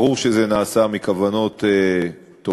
ברור שזה נעשה מכוונות טובות,